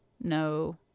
No